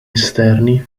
esterni